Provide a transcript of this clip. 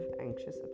anxious